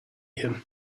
him